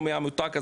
או מעמותה כזו,